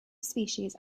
species